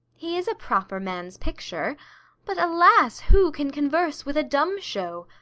he is a proper man's picture but alas, who can converse with a dumb-show?